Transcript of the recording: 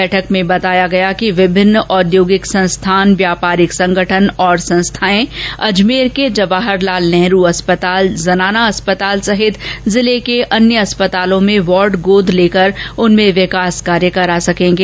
बैठक में बताया गया कि विभिन्न औद्योगिक संस्थान व्यापारिक संगठन और संस्थाएं अजमेर के जवाहरलाल नेहरू अस्पताल और जनाना अस्पताल सहित जिले के अन्य अस्पतालों में वार्ड गोद लेकर उनमें विकास कार्य करा सकेंगे